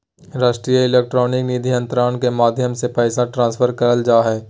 राष्ट्रीय इलेक्ट्रॉनिक निधि अन्तरण के माध्यम से पैसा ट्रांसफर करल जा हय